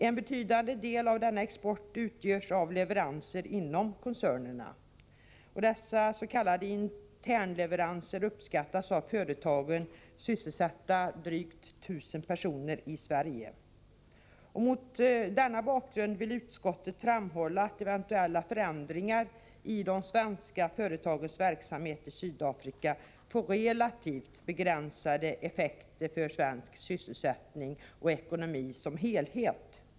En betydande del av denna export utgörs av leveranser inom koncernerna. Dessa s.k. internleveranser uppskåttas av företagen sysselsätta drygt 1 000 personer i Sverige. Mot denna bakgrund vill utskottet framhålla att eventuella förändringar i de svenska företagens verksamhet i Sydafrika får relativt begränsade effekter för svensk sysselsättning och ekonomi som helhet.